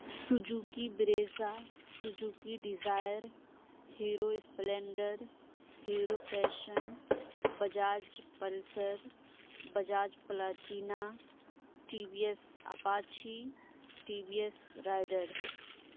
Suzuki Brezza Suzuki Dzire Hero Splendor Hero Passion Bajaj Pulsar Bajaj Platina T V S Apache T V S rider